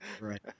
Right